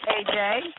AJ